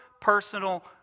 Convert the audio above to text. personal